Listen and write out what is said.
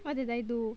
what did I do